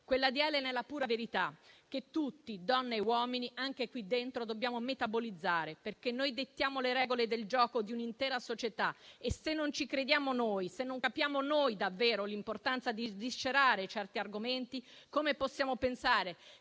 Quella di Elena è la pura verità, che tutti, donne e uomini, anche qui dentro, dobbiamo metabolizzare. Noi dettiamo le regole del gioco di un'intera società e, se non ci crediamo noi, se non capiamo noi davvero l'importanza di sviscerare certi argomenti, come possiamo pensare